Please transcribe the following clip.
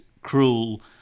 cruel